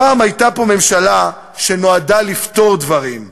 פעם הייתה פה ממשלה שנועדה לפתור דברים,